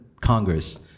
Congress